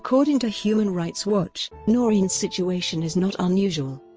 according to human rights watch, noreen's situation is not unusual.